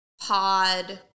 pod